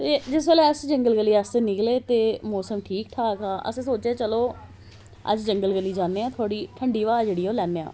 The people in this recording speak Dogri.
ते जिस बेल्लै अस जगंल गली आस्तै निकले ते मौसम ठीक ठाक हा असें सोचेआ चलो अज्ज जंगल गली जन्नेआं थोहड़ी ठंडी हवा जेहड़ी ऐ ओह लैन्ने आं